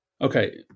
Okay